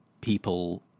people